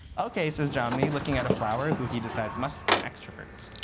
ok, says jomny, looking at a flower, who he decides must be an extrovert.